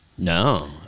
No